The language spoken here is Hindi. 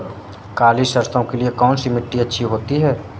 काली सरसो के लिए कौन सी मिट्टी अच्छी होती है?